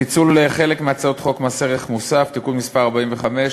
פיצול חלק מהצעות חוק מס ערך מוסף (תיקון מס' 45),